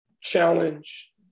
challenge